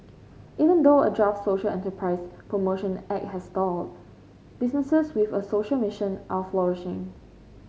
even though a draft social enterprise promotion act has stalled businesses with a social mission are flourishing